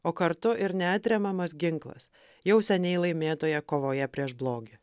o kartu ir neatremiamas ginklas jau seniai laimėtoje kovoje prieš blogį